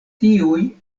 tiuj